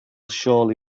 surely